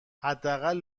حداقل